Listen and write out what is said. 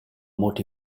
molto